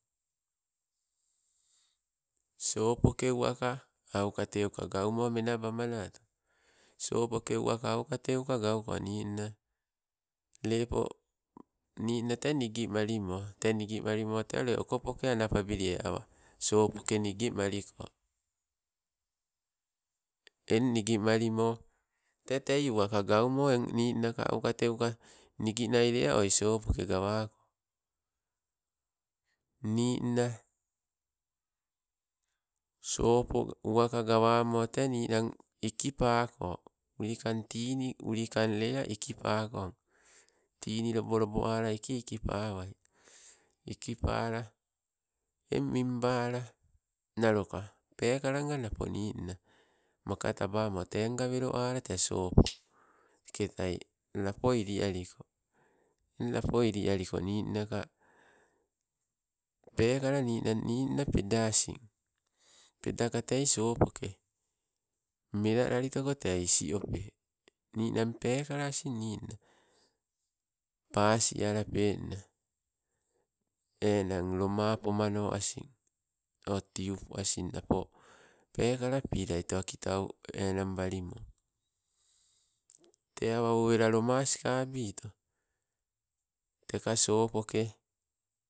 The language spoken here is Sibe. Sopoke uwaka auka teuka gaumo menabamanato. Sopoka umaka aukatenka gauko, nina, lepo ninna. Tee nigimalimo, tee nigi malimo te ule okopoke anapabilie awa, sopoke nigimaliko. Eng nigimalimo tee tei uwoka gaumo eng ninnaka auka teuka niginai lea oi sopoke gawako ninna sopo uwaka gawamo te ninang ikipako ulikan tini ulikang lea ikipako. Tini lobo ala iki iki pawai, iki pala en mimbala naloka peekalanga napo ninna maka tabamo te nga welo ala te sopo teke tai lapo ili aliko eng lapo ili aliko, ninnaka. Peekala ninna enang peda asing peda ka tei sopoke, melalalito isi ope. Ninang peekala asing ninna, pasi alapenna enang loma pomano o, tiupu asin napo pekala pilai o kitau enang balimo, te awa owela loma soito teka sopoke